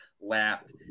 laughed